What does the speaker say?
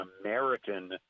American